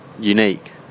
unique